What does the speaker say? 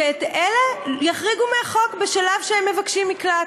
שאת אלה יחריגו מהחוק בשלב שהם מבקשים מקלט.